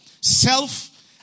Self